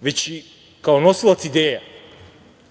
već i kao nosilac ideja